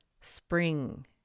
spring